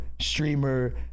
streamer